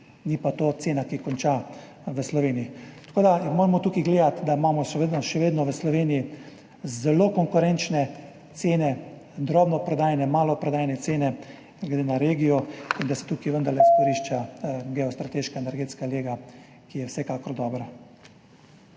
Ni pa to cena, ki konča v Sloveniji. Tako da moramo tukaj gledati, da imamo še vedno v Sloveniji zelo konkurenčne cene, drobnoprodajne, maloprodajne cene glede na regijo in da se tukaj vendarle izkorišča geostrateška energetska lega, ki je vsekakor dobra.